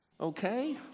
Okay